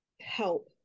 help